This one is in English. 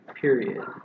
period